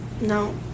No